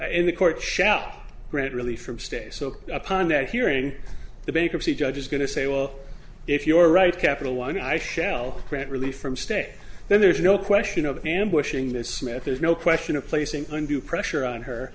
in the court shall grant relief from stay so upon that hearing the bankruptcy judge is going to say well if your right capital one i shall grant relief from stay then there is no question of ambushing the smith there's no question of placing undue pressure on her